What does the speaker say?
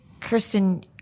Kristen